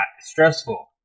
stressful